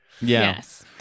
Yes